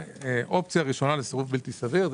האופציה הראשונה לסירוב בלתי סביר היא